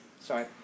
Sorry